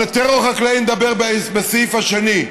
על טרור חקלאי נדבר בסעיף השני.